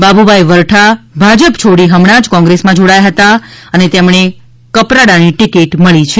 બાબુભાઇ વરઠા ભાજપ છોડી હમણા જ કોંગ્રેસમાં જોડાયા હતા અને તેમણે કપરાડાની ટિકિટ મળી છે